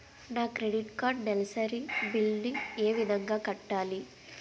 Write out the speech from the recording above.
నా credit card నెలసరి bill ని ఏ విధంగా కట్టాలి?